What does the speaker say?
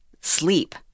sleep